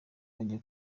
bajya